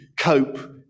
cope